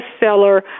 bestseller